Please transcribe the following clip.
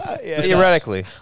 Theoretically